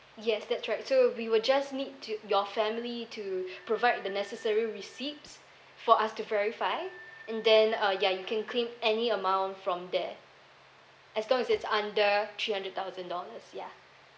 yes that's right so we will just need to your family to provide the necessary receipts for us to verify and then uh ya you can claim any amount from there as long as it's under three hundred thousand dollars ya